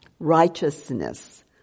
Righteousness